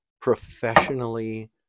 professionally